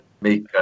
Make